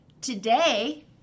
today